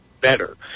better